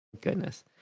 Goodness